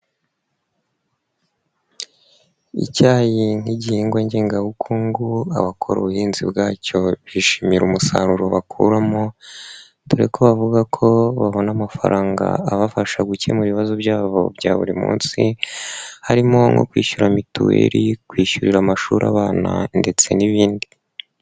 Icyayi ni igihingwa ngengabukungu, abakora ubuhinzi bwacyo bishimira umusaruro bakuramo dore ko bavuga ko babona amafaranga abafasha gukemura ibibazo byabo bya buri munsi, harimo nko kwishyura mituweli, kwishyurira amashuri abanza ndetse n'ibindi.